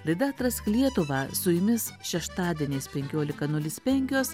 laida atrask lietuvą su jumis šeštadieniais penkiolika nulis penkios